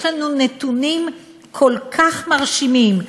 יש לנו נתונים כל כך מרשימים.